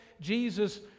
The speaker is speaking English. Jesus